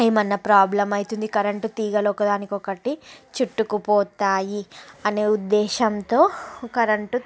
ఏమన్నా ప్రాబ్లమ్ అవుతుంది కరెంట్ తీగలు ఒకదానికొకటి చుట్టుకుపోతాయి అనే ఉద్దేశంతో కరెంటు